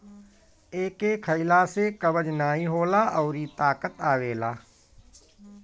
एके खइला से कब्ज नाइ होला अउरी ताकत आवेला